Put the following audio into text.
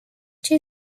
two